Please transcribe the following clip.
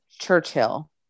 Churchill